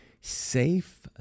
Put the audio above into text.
safe